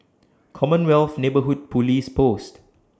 Commonwealth Neighbourhood Police Post